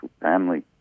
family